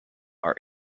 are